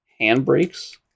handbrakes